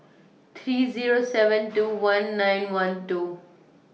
three Zero seven two one nine one two